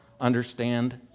understand